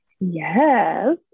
yes